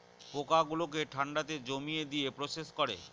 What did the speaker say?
পোকা গুলোকে ঠান্ডাতে জমিয়ে দিয়ে প্রসেস করে